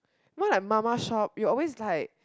what my mama shop it always like